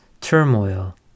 turmoil